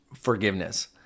forgiveness